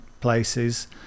places